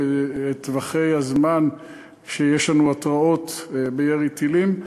בטווחי הזמן שיש לנו בהתרעות על ירי טילים.